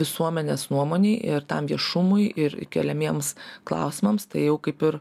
visuomenės nuomonei ir tam viešumui ir keliamiems klausimams tai kaip ir